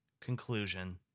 Conclusion